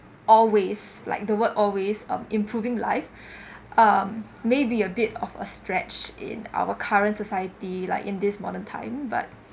always like the word always um improving life um maybe a bit of a stretch in our current society like in this modern time but